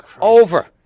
over